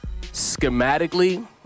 schematically